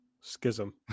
schism